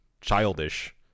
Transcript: childish